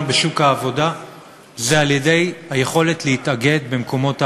בשוק העבודה היא על-ידי היכולת להתאגד במקומות העבודה,